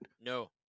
no